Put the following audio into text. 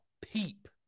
peep